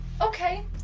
okay